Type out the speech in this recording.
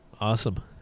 Awesome